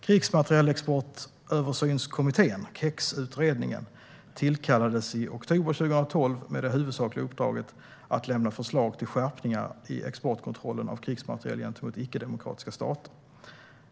Krigsmaterielexportöversynskommittén tillkallades i oktober 2012 med det huvudsakliga uppdraget att lämna förslag till skärpningar i exportkontrollen av krigsmateriel gentemot icke-demokratiska stater.